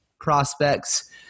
prospects